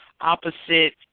opposite